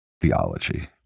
theology